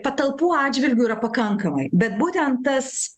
patalpų atžvilgiu yra pakankamai bet būtent tas